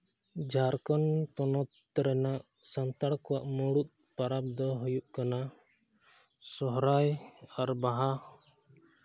ᱡᱷᱟᱲᱠᱷᱚᱸᱰ ᱯᱚᱱᱚᱛ ᱨᱮᱱᱟᱜ ᱥᱟᱱᱛᱟᱲ ᱠᱚᱣᱟᱜ ᱢᱩᱬᱩᱫ ᱯᱚᱨᱚᱵᱽ ᱫᱚ ᱦᱩᱭᱩᱜ ᱠᱟᱱᱟ ᱥᱚᱦᱚᱨᱟᱭ ᱟᱨ ᱵᱟᱦᱟ